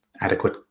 adequate